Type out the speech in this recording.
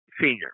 Senior